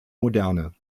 moderne